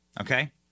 Okay